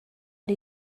era